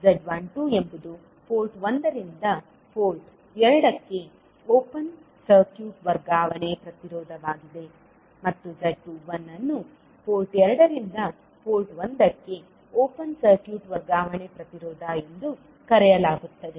z12 ಎಂಬುದು port 1 ರಿಂದ port 2 ಗೆ ಓಪನ್ ಸರ್ಕ್ಯೂಟ್ ವರ್ಗಾವಣೆ ಪ್ರತಿರೋಧವಾಗಿದೆ ಮತ್ತು z21 ಅನ್ನು ಪೋರ್ಟ್ 2 ರಿಂದ ಪೋರ್ಟ್ 1 ಗೆ ಓಪನ್ ಸರ್ಕ್ಯೂಟ್ ವರ್ಗಾವಣೆ ಪ್ರತಿರೋಧ ಎಂದು ಕರೆಯಲಾಗುತ್ತದೆ